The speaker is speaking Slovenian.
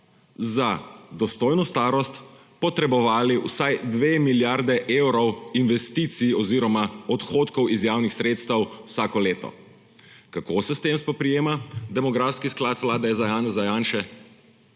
za dostojno starost potrebovali vsaj 2 milijardi evrov investicij oziroma odhodkov iz javnih sredstev vsako leto. Kako se s tem spoprijema demografski sklad vlade Janeza Janše?